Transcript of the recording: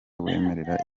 wemerera